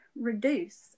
reduce